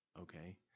Okay